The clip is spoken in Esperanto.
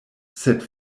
sed